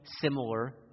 similar